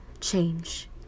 change